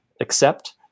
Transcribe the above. accept